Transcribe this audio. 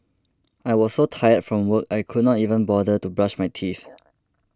I was so tired from work I could not even bother to brush my teeth